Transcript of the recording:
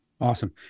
Awesome